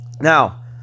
Now